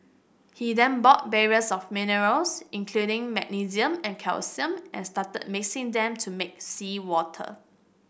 he then bought barrels of minerals including magnesium and calcium and started mixing them to make seawater